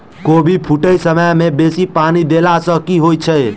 कोबी फूटै समय मे बेसी पानि देला सऽ की होइ छै?